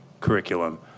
curriculum